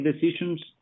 decisions